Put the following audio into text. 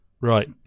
Right